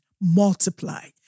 multiply